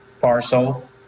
parcel